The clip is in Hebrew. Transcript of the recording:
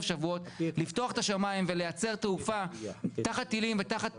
שבועות לפתוח את השמיים ולייצר תעופה תחת טילים ותחת